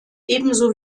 ebenso